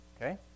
Okay